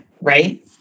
right